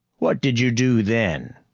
what did you do then?